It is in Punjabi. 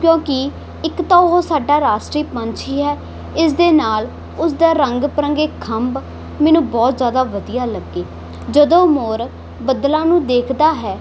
ਕਿਉਂਕਿ ਇੱਕ ਤਾਂ ਉਹ ਸਾਡਾ ਰਾਸ਼ਟਰੀ ਪੰਛੀ ਹੈ ਇਸ ਦੇ ਨਾਲ ਉਸ ਦਾ ਰੰਗ ਬਿਰੰਗੇ ਖੰਭ ਮੈਨੂੰ ਬਹੁਤ ਜਿਆਦਾ ਵਧੀਆ ਲੱਗੇ ਜਦੋਂ ਮੋਰ ਬੱਦਲਾਂ ਨੂੰ ਦੇਖਦਾ ਹੈ